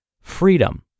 freedom